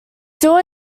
still